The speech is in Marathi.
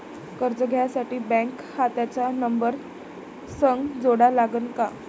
कर्ज घ्यासाठी बँक खात्याचा नंबर संग जोडा लागन का?